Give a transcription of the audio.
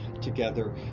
together